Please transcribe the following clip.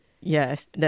yes